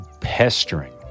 pestering